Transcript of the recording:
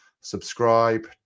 subscribe